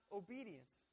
obedience